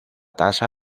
tasa